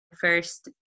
first